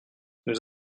nous